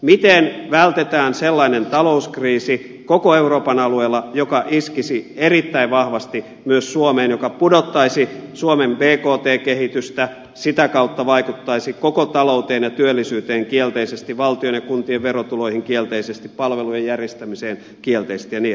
miten vältetään koko euroopan alueella sellainen talouskriisi joka iskisi erittäin vahvasti myös suomeen joka pudottaisi suomen bkt kehitystä sitä kautta vaikuttaisi koko talouteen ja työllisyyteen kielteisesti valtion ja kuntien verotuloihin kielteisesti palvelujen järjestämiseen kielteisesti ja niin edelleen